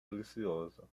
deliciosa